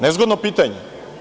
Nezgodno pitanje.